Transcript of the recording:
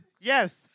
Yes